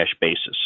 basis